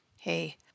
Hey